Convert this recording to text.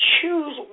choose